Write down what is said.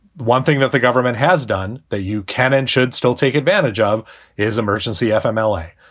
one thing that the government has done that you can and should still take advantage of is emergency fmla.